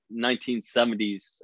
1970s